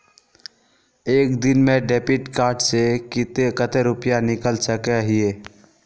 एक दिन में डेबिट कार्ड से कते रुपया निकल सके हिये?